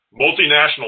Multinational